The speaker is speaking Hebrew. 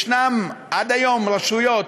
יש עד היום רשויות